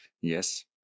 Yes